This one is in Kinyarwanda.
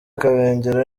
kabengera